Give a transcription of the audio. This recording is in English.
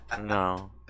No